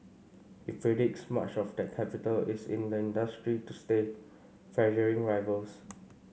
he predicts much of that capital is in the industry to stay pressuring rivals